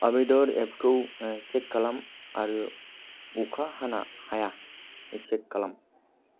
अवेधार एपखौ चेक खालाम आरो अखा हाना हाया चेक खालाम